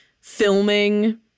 filming